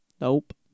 nope